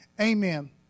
amen